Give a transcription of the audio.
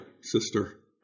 sister